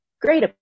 great